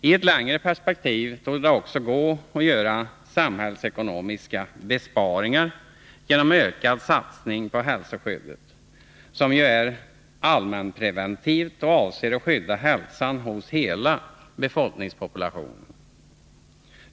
I ett längre perspektiv torde det också gå att göra samhällsekonomiska bespa ringar genom ökad satsning på hälsoskyddet, som ju är allmänpreventivt och avser att skydda hälsan hos hela befolkningen.